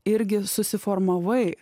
irgi susiformavai